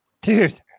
dude